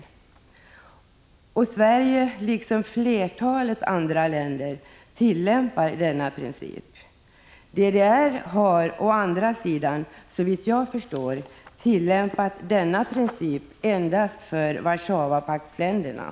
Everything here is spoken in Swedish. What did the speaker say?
Sverige tillämpar, liksom flertalet andra länder, denna princip. DDR har å andra sidan, såvitt jag förstår, tillämpat denna princip endast för Warszawapaktsländerna.